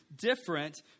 different